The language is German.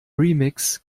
remix